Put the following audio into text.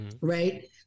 right